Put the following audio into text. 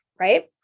right